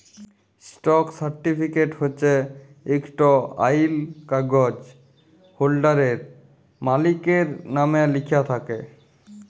stock certificate হছে ইকট আইল কাগ্যইজ হোল্ডারের, মালিকের লামে লিখ্যা থ্যাকে